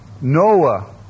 Noah